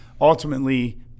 ultimately